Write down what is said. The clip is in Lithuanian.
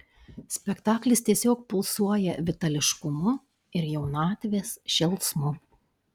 spektaklis tiesiog pulsuoja vitališkumu ir jaunatvės šėlsmu